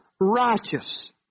righteous